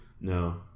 No